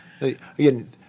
Again